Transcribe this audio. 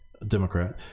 Democrat